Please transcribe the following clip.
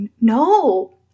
no